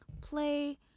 play